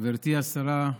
גברתי השרה,